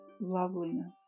loveliness